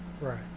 Right